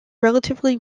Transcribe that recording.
relatively